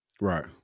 Right